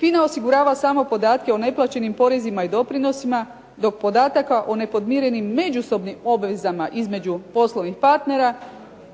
FINA osigurava sama podatke o neplaćenim porezima i doprinosima, dok podataka o nepodmirenim međusobnim obvezama između poslovnih partnera